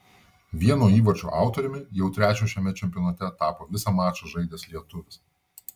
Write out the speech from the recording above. vieno įvarčio autoriumi jau trečio šiame čempionate tapo visą mačą žaidęs lietuvis